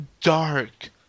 dark